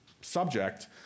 subject